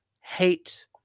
hate